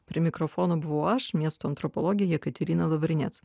prie mikrofono buvau aš miesto antropologė jekaterina lavrinec